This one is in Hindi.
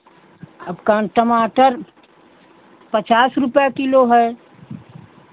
आपका टमाटर पचास रुपैया किलो है